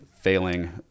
failing